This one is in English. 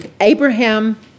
Abraham